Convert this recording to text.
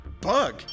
Bug